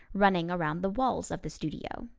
running around the walls of the studio.